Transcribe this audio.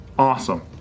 Awesome